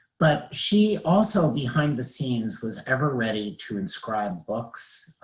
but she also behind the scenes was ever ready to inscribe books.